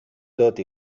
tot